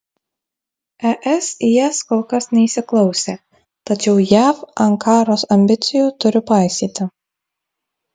es į jas kol kas neįsiklausė tačiau jav ankaros ambicijų turi paisyti